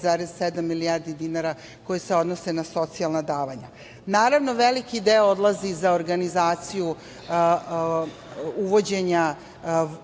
milijardi dinara koji se odnose na socijalna davanja. Naravno, veliki deo odlazi i za organizaciju uvođenja